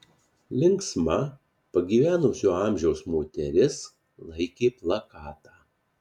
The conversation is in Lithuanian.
linksma pagyvenusio amžiaus moteris laikė plakatą